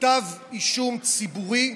כתב אישום ציבורי: